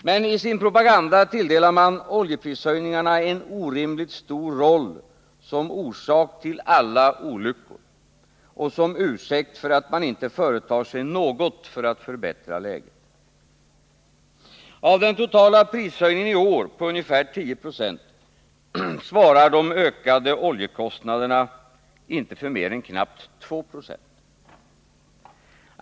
Men i sin propaganda tilldelar de borgerliga partierna oljeprishöjningarna en orimligt stor roll som orsak till alla olyckor och som ursäkt för att man inte företar sig något för att förbättra läget. Av den totala prishöjningen i år på ca 10 96 svarar de ökade oljekostnaderna inte för mer än knappt 2 26.